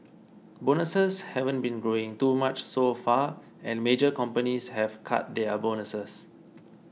bonuses haven't been growing too much so far and major companies have cut their bonuses